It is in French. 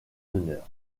honneur